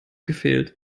gefehlt